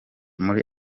muri